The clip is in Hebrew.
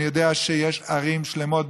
אני יודע שיש ערים שלמות,